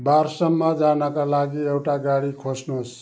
बारसम्म जानका लागि एउटा गाडी खोज्नुहोस्